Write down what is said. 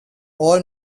all